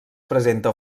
presenta